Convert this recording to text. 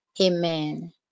Amen